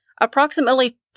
Approximately